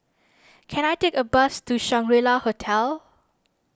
can I take a bus to Shangri La Hotel